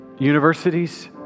universities